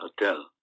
hotel